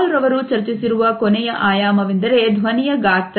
ಹಾಲ್ ರವರು ಚರ್ಚಿಸಿರುವ ಕೊನೆಯ ಆಯಾಮವೆಂದರೆ ಧ್ವನಿಯ ಗಾತ್ರ